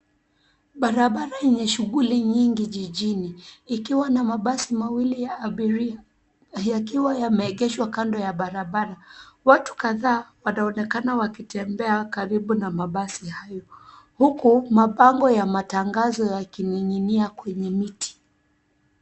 Barabara enye shuguli nyingi jijini ikiwa na mabasi mawili ya abiria yakiwa yameegeshwa kando ya barabara. Watu kadhaa wanaonekana wakitembea karibu na mabasi hayo huku, mabango ya matangazo yakining'inia kwenye miti.